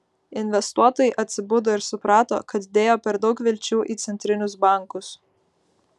investuotojai atsibudo ir suprato kad dėjo per daug vilčių į centrinius bankus